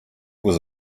was